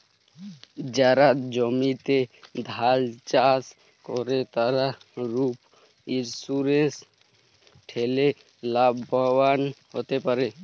যারা জমিতে ধাল চাস করে, তারা ক্রপ ইন্সুরেন্স ঠেলে লাভবান হ্যতে পারে